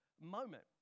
moment